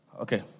Okay